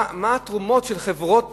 מה התרומות של חברות